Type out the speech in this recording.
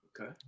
Okay